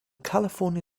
california